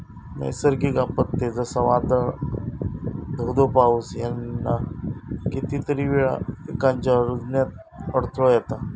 नैसर्गिक आपत्ते, जसा वादाळ, धो धो पाऊस ह्याना कितीतरी वेळा पिकांच्या रूजण्यात अडथळो येता